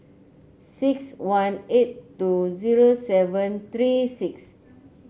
six one eight two zero seven three six